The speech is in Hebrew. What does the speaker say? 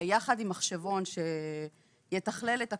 יחד עם מחשבון שיתכלל את הכול,